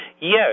Yes